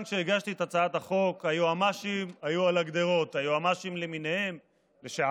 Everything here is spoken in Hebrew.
תראו איזו מטמורפוזה הבן אדם